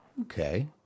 Okay